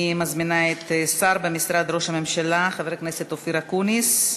אני מזמינה את השר במשרד ראש הממשלה חבר הכנסת אופיר אקוניס,